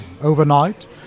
overnight